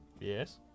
Yes